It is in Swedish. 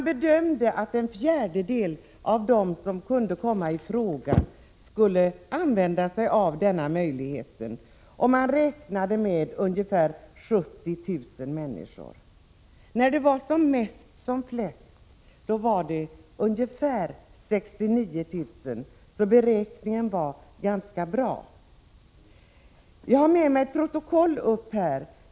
Bedömningen var att en fjärdedel av dem som kunde komma i fråga skulle utnyttja denna möjlighet, och man räknade med att det skulle bli ungefär 70.000 människor. Som mest hade vi ungefär 69 000 deltidspensionärer, varför den gjorda bedömningen var ganska riktig.